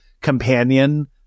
companion